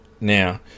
Now